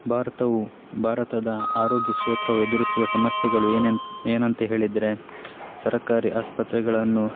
ಭಾರತವು ಭಾರತದ ಆರೋಗ್ಯ ಕ್ಷೇತ್ರವು ಎದುರಿಸುವ ಸಮಸ್ಯೆಗಳು ಏನೇನು ಏನಂತ ಹೇಳಿದರೆ ಸರಕಾರಿ ಆಸ್ಪತ್ರೆಗಳನ್ನು